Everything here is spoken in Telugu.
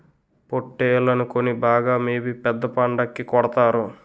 పోట్టేల్లని కొని బాగా మేపి పెద్ద పండక్కి కొడతారు